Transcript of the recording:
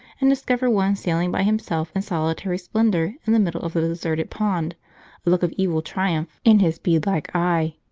and discover one sailing by himself in solitary splendour in the middle of the deserted pond, a look of evil triumph in his bead-like eye.